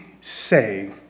say